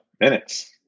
minutes